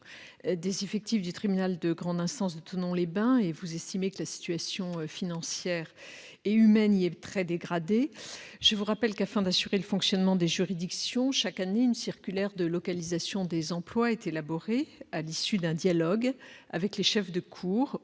des effectifs du tribunal de grande instance de Thonon-les-Bains, où vous estimez que la situation financière et humaine est très dégradée. Je vous rappelle que, afin d'assurer le fonctionnement des juridictions, une circulaire de localisation des emplois est élaborée chaque année, à l'issue d'un dialogue avec les chefs de cour